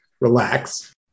Relax